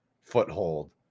foothold